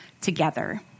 together